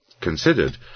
considered